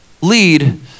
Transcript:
lead